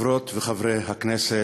חברות וחברי הכנסת,